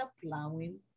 plowing